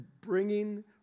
bringing